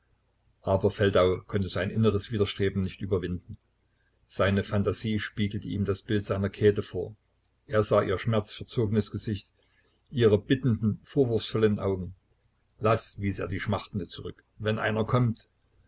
aber feldau konnte sein inneres widerstreben nicht überwinden seine phantasie spiegelte ihm das bild seiner käthe vor er sah ihr schmerzverzogenes gesicht ihre bittenden vorwurfsvollen augen laß wies er die schmachtende zurück wenn einer kommt